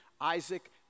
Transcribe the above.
Isaac